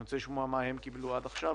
אני רוצה לשמוע מה הם קיבלו עד עכשיו,